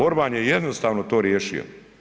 Orban je jednostavno to riješio.